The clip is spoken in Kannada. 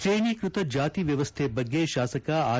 ಶ್ರೇಣಿಕೃತ ಜಾತಿವ್ಯವಸ್ಥೆ ಬಗ್ಗೆ ಶಾಸಕ ಆರ್